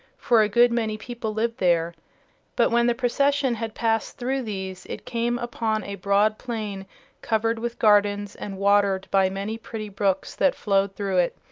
for a good many people lived there but when the procession had passed through these it came upon a broad plain covered with gardens and watered by many pretty brooks that flowed through it.